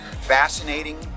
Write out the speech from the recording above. fascinating